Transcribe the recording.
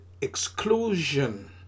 exclusion